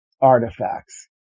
artifacts